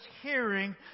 hearing